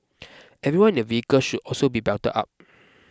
everyone in a vehicle should also be belted up